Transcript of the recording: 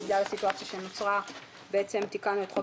ובגלל הסיטואציה שנוצרה בעצם תיקנו את חוק